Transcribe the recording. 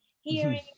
hearing